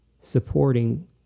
supporting